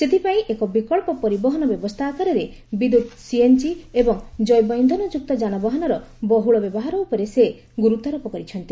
ସେଥିପାଇଁ ଏକ ବିକଳ୍ପ ପରିବହନ ବ୍ୟବସ୍ଥା ଆକାରରେ ବିଦ୍ୟୁତ୍ ସିଏନ୍ଜି ଏବଂ ଜୈବ ଇନ୍ଧନ ଯୁକ୍ତ ଯାନବାହନର ବହୁଳ ବ୍ୟବହାର ଉପରେ ସେ ଗୁରୁତ୍ୱାରୋପ କରିଛନ୍ତି